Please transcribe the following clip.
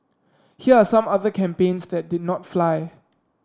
here are some other campaigns that did not fly